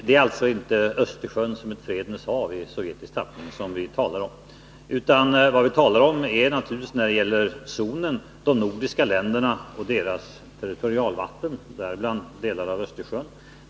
Det är alltså inte Östersjön som ett fredens hav i sovjetisk tappning som vi talar om. Vad vi talar om när det gäller zonen är naturligtvis de nordiska länderna och deras territorialvatten, däribland delar av Östersjön.